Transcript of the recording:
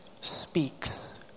speaks